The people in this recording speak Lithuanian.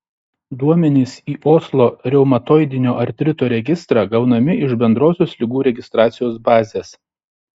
duomenys į oslo reumatoidinio artrito registrą gaunami iš bendrosios ligų registracijos bazės